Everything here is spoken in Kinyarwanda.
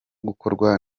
gukorwa